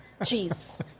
Jeez